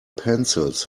pencils